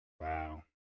Wow